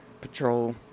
patrol